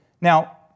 Now